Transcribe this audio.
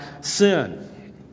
sin